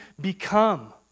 become